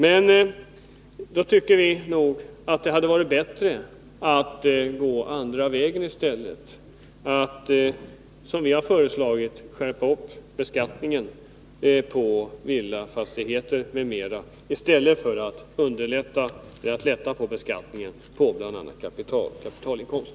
Men vi tycker nog att det hade varit bättre att gå den andra vägen och, som vi har föreslagit, skärpa beskattningen på villafastigheter m.m. i stället för att lätta på beskattningen av andra förmögenhetsobjekt.